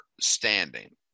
standing